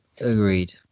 Agreed